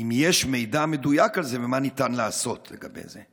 יש מידע מדויק על זה ומה ניתן לעשות לגבי זה.